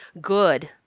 good